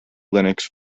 linux